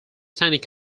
standing